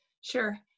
Sure